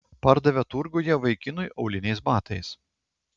pardavė turguje vaikinui auliniais batais